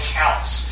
counts